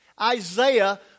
Isaiah